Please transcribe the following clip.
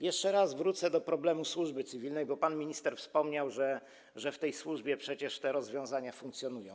Jeszcze raz wrócę do problemu służby cywilnej, bo pan minister wspomniał, że w tej służbie przecież te rozwiązania funkcjonują.